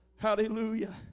Hallelujah